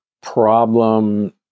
problem